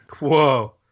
Whoa